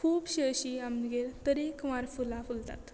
खुबशीं अशीं आमगेर तरेकवार फुलां फुलतात